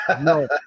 No